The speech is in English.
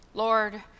Lord